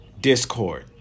discord